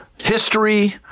history